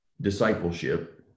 discipleship